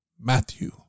Matthew